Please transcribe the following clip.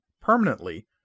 permanently